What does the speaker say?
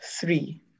three